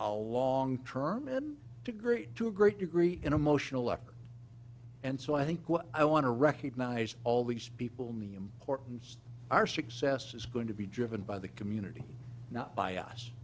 a long term in to great to a great degree and emotional effort and so i think what i want to recognize all these people in the importance are success is going to be driven by the community not by us